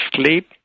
sleep